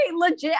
legit